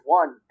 one